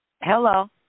Hello